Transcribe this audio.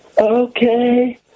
Okay